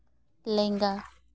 ᱞᱮᱸᱜᱟ